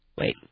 Wait